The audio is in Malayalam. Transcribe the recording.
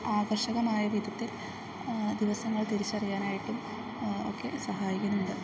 ആകർഷകമായ വിധത്തിൽ ദിവസങ്ങൾ തിരിച്ചറിയാനായിട്ടും ഒക്കെ സഹായിക്കുന്നുണ്ട്